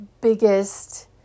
biggest